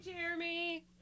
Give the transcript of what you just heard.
Jeremy